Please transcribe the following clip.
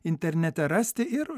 internete rasti ir